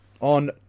On